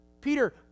Peter